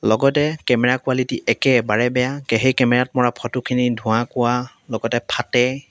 লগতে camera quality একেবাৰে বেয়া কে সেই কেমেৰাত মৰা ফটোখিনি ধোঁৱা কোৱা লগতে ফাটে